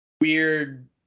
weird